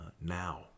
now